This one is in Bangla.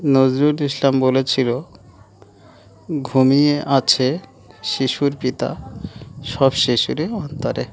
নজরুল ইসলাম বলেছিল ঘুমিয়ে আছে শিশুর পিতা সব শিশুরই অন্তরে